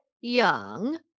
young